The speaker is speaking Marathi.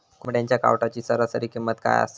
कोंबड्यांच्या कावटाची सरासरी किंमत काय असा?